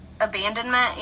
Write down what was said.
abandonment